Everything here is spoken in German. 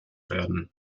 werden